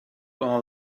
all